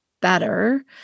better